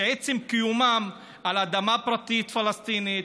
שעצם קיומם הוא על אדמה פרטית פלסטינית: